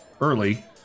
early